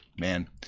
Man